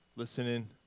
listening